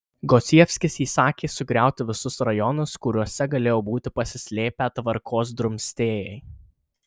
gosievskis įsakė sugriauti visus rajonus kuriuose galėjo būti pasislėpę tvarkos drumstėjai